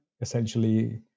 essentially